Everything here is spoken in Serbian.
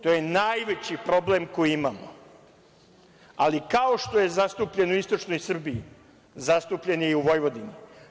To je najveći problem koji imamo, ali, kao što je zastupljen u istočnoj Srbiji, zastupljen je i u Vojvodini.